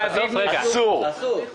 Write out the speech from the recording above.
זה גם אסור.